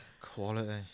Quality